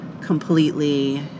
completely